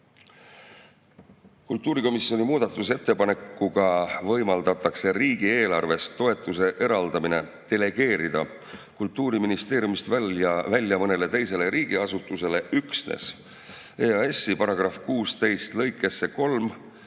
kultuurikomisjoni muudatusettepanekuga võimaldatakse riigieelarvest toetuse eraldamine delegeerida Kultuuriministeeriumist edasi mõnele teisele riigiasutusele üksnes EAS‑i § 16 lõikesse 3